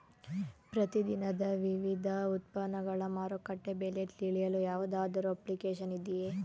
ಪ್ರತಿ ದಿನದ ವಿವಿಧ ಉತ್ಪನ್ನಗಳ ಮಾರುಕಟ್ಟೆ ಬೆಲೆ ತಿಳಿಯಲು ಯಾವುದಾದರು ಅಪ್ಲಿಕೇಶನ್ ಇದೆಯೇ?